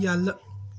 یلہٕ